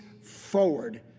forward